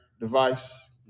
device